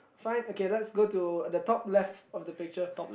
fine okay let's go to the top left of the picture